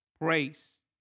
praise